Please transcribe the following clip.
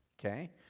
okay